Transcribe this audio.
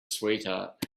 sweetheart